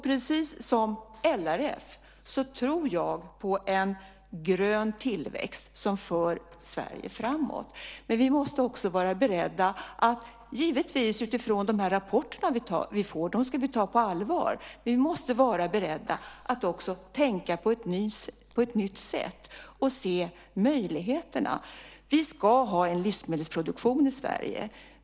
Precis som LRF tror jag på en grön tillväxt som för Sverige framåt. Men utifrån de rapporter som vi får - som vi ska ta på allvar - måste vi också vara beredda att tänka på ett nytt sätt och se möjligheterna. Vi ska ha en livsmedelsproduktion i Sverige.